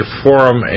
forum